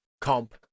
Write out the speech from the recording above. comp